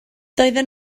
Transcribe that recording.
doedden